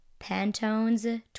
Pantone's